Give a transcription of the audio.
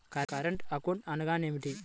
Current account అనగా ఏమిటి?